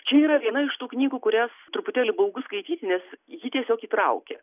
čia yra viena iš tų knygų kurias truputėlį baugu skaityti nes ji tiesiog įtraukia